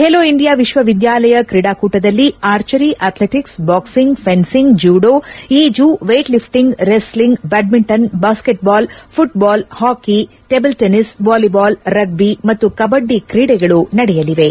ಬೇಲೋ India ವಿಶ್ವವಿದ್ವಾಲಯ ಕ್ರೀಡಾಕೂಟದಲ್ಲಿ archery athletics boxing fencing judo ಈಜು weightlifting wrestling badminton basketball football hockey table tennis volleyball rugby ಮತ್ತು ಕಬ್ಬಡ್ಡಿ ಕ್ರೀಡೆಗಳು ನಡೆಯಲಿವೆ